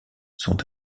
sont